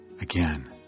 again